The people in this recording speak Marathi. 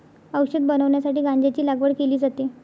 औषध बनवण्यासाठी गांजाची लागवड केली जाते